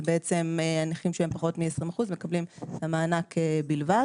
זה הנכים שהם פחות מ-20% והם מקבלים את המענק בלבד.